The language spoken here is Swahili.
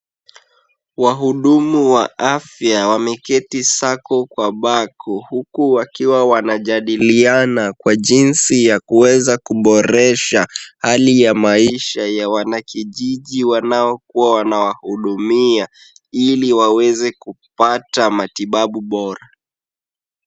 Wahudumu wa afya wameketi sako kwa bako, huku wakiwa wanajadiliana kwa jinsi yakuweza kuboresha hali ya maisha ya wanakijiji wanaokuwa wanawahudumia, ili waweze kupata matibabu bora.